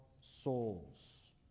souls